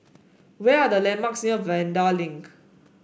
where are the landmarks near Vanda Link